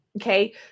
Okay